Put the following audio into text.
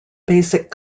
basic